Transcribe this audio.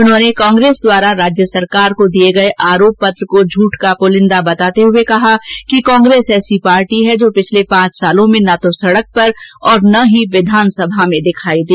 उन्होंने कांग्रेस द्वारा राज्य सरकार को दिए गए आरोप पत्र को झूठ का पुलिंदा बताते हुए कहा कि कांग्रेस ऐसी पार्टी है जो पिछले पांच वर्षो में न तो सड़क पर और न ही विधानसभा में दिखाई दी